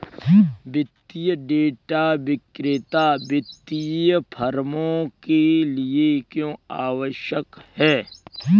वित्तीय डेटा विक्रेता वित्तीय फर्मों के लिए क्यों आवश्यक है?